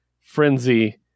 Frenzy